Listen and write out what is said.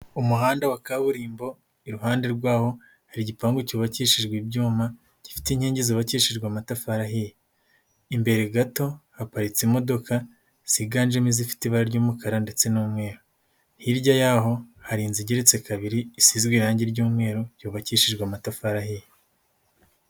Umuhanda wa kaburimbo, iruhande rwaho hari igipangu cyubakishijwe ibyuma, gifite inkingi zibakishejwe amatafari ahiye, imbere gato haparitse imodoka ziganjemo izifite ibara ry'umukara ndetse n'umweru, hirya y'aho hari inzugere igeretse kabiri, isizwe irangi ry'umweru yubakishijwe amatafari ahiye.